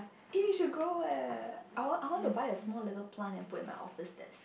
eh you should grow eh I want I want to buy a small little plant and put at my office desk